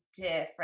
different